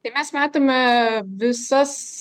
tai mes matome visas